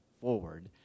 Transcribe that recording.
forward